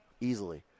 easily